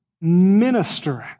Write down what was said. ministering